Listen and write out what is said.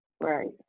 right